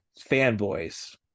Fanboys